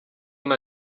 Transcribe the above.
nta